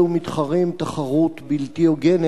ישיב לו, אם יהיה כאן, סגן שר הבריאות חבר הכנסת